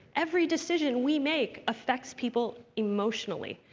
every decision we make affects people emotionally.